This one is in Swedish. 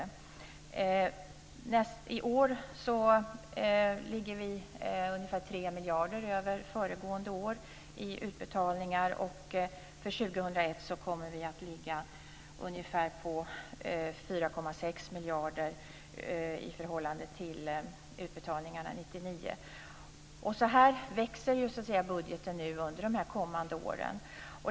I år ligger vi ungefär 3 miljarder över föregående års anslag i utbetalningar. Och för 2001 kommer vi att ligga ungefär på 4,6 miljarder i förhållande till utbetalningarna 1999. På detta sätt växer budgeten under de kommande åren.